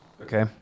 Okay